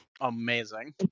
Amazing